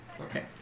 Okay